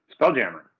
Spelljammer